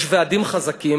יש ועדים חזקים